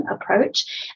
approach